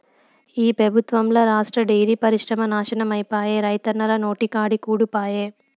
ఈ పెబుత్వంల రాష్ట్ర డైరీ పరిశ్రమ నాశనమైపాయే, రైతన్నల నోటికాడి కూడు పాయె